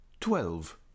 Twelve